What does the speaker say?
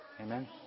Amen